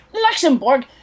Luxembourg